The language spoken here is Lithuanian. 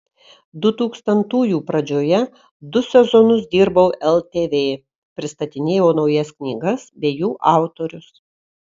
dutūkstantųjų pradžioje du sezonus dirbau ltv pristatinėjau naujas knygas bei jų autorius